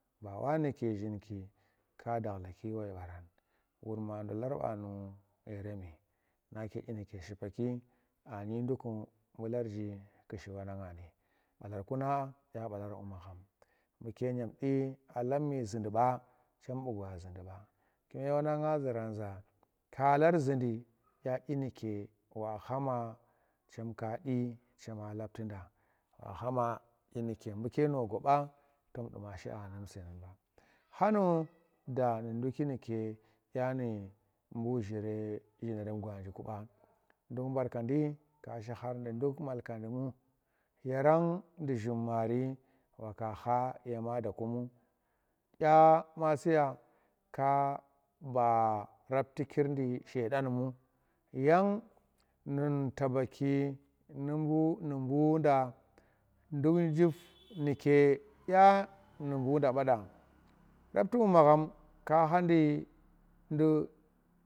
Ba wa nuke zhinki ka dakh laki woi baran wut ma ndolar banu yeremi nake dyi nuke shipaki anyi ndukku bu larji kushi wananga ni dyina dya balar bu magham buke dyemdi a lapmi zundi ba chem bu gwa zundi ba kume wanang nga a zuran kalar zhundi dya dyinu wa khama chemka du chem laprida wa, khama dyinu buke no goba ton duma shi anum dyinon ba ka khama khanu da nu ndukki nwe kya bu chire zhinerem gwanji banduk barkandi kashi khar nduk malkandi i mu? yaran nam zhum mari wa kha yema da kumu? zhum maari wa ka kha yema daku kunum? dya masiya ka baa raptikir nu shedenmu? yang nun tabaki nu bu nu buuda nduk jif nuke kya nu buda banda rapti bu magham ka kha ndu ndu.